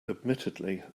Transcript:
admittedly